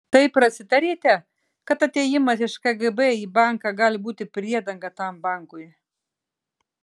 tai prasitarėte kad atėjimas iš kgb į banką gali būti priedanga tam bankui